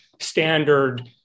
standard